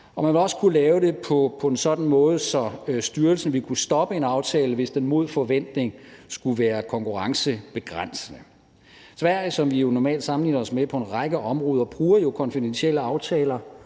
man vil også kunne lave det på en sådan måde, at styrelsen vil kunne stoppe en aftale, hvis den mod forventning skulle være konkurrencebegrænsende. Sverige, som vi jo normalt sammenligner os med på en række områder, bruger konfidentielle aftaler